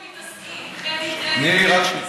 תראו במה אתם מתעסקים, קרדיט, קרדיט, רק שנייה.